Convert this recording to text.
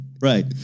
Right